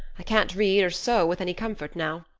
i can't read or sew with any comfort now.